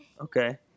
Okay